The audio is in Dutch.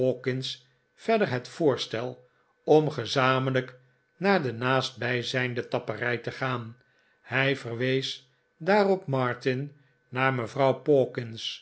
verder het voorstel om gezamenlijk naar de naastbijzijnde tapperij te gaan hij verwees daarop martin naar mevrouw